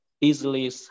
easily